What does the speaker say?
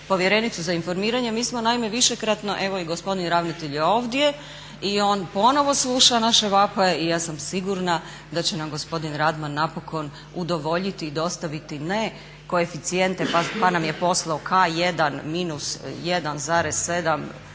povjerenicu za informiranje. Mi smo naime višekratno, evo i gospodin ravnatelj je ovdje i on ponovo sluša naše vapaje i ja sam sigurna da će nam gospodin Radman napokon udovoljiti i dostaviti ne koeficijente pa nam je poslao K1 – 1,7